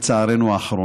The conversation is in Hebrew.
לצערנו.